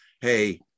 Hey